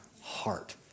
heart